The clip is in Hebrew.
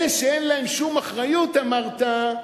"אלה שאין להם שום אחריות" אמרת,